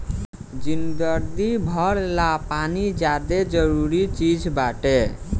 जिंदगी भर ला पानी ज्यादे जरूरी चीज़ बाटे